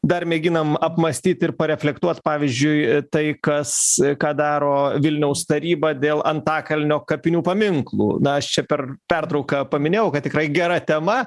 dar mėginam apmąstyt ir reflektuot pavyzdžiui tai kas ką daro vilniaus taryba dėl antakalnio kapinių paminklų na aš čia per pertrauką paminėjau kad tikrai gera tema